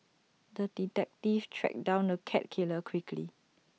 the detective tracked down the cat killer quickly